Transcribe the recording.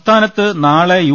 സംസ്ഥാനത്ത് നാളെ യു